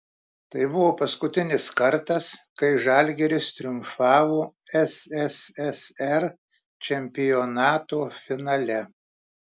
tai buvo paskutinis kartas kai žalgiris triumfavo sssr čempionato finale